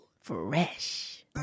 Fresh